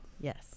Yes